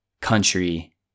country